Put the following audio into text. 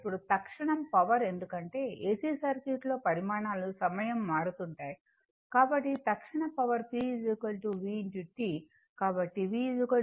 ఇప్పుడు తక్షణ పవర్ ఎందుకంటే AC సర్క్యూట్ లో పరిమాణాలు సమయం మారుతుంటాయి కాబట్టి తక్షణ పవర్ p v I